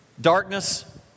darkness